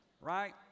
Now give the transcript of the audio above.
Right